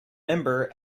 member